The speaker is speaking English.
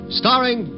starring